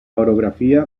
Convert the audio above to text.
orografía